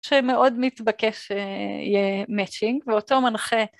שמאוד מתבקש שיהיה מאצ׳ינג. ואותו מנחה.